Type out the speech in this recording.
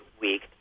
week